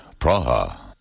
Praha